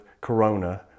corona